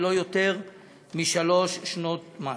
ולא יותר משלוש שנות מס.